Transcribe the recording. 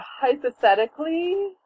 hypothetically